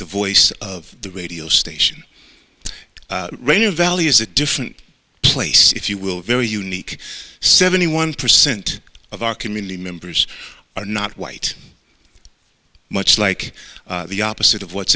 the voice of the radio station radio valley is a different place if you will very unique seventy one percent of our community members are not white much like the opposite of what's